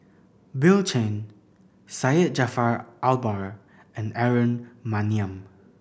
Bill Chen Syed Jaafar Albar and Aaron Maniam